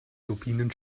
turbinen